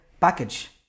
package